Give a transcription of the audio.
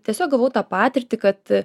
tiesiog gavau tą patirtį kad